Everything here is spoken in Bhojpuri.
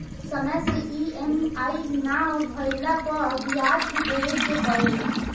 समय से इ.एम.आई ना भरला पअ बियाज देवे के पड़ेला